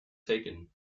taken